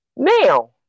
Now